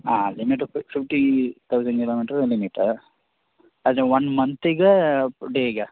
ಹಾಂ limit up to fifty thousand kilometre ಲಿಮಿಟ್ಟಾ ಅದು ಒನ್ ಮಂತಿಗಾ ಡೇಗಾ